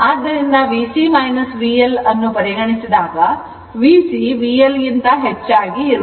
ಆದ್ದರಿಂದ VC VL ಅನ್ನು ಪರಿಗಣಿಸಿದಾಗ VC VL ಗಿಂತ ಹೆಚ್ಚಾಗಿ ಇರುತ್ತದೆ